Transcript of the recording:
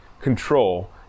control